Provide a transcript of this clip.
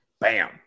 bam